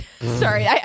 Sorry